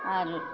আর